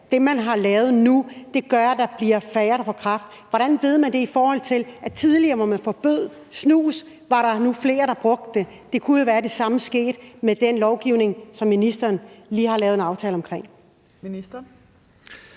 det, man har lavet nu, gør, at der bliver færre, der får kræft. Hvordan ved man det? Da man tidligere forbød snus, var der flere, der brugte det. Det kunne jo være, at det samme skete med den lovgivning, som ministeren lige har lavet en aftale om.